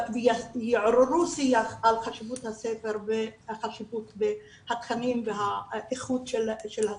יעוררו שיח על חשיבות הספר ועל החשיבות בתכנים והאיכות של הספר.